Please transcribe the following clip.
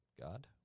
God